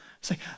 say